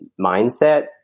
mindset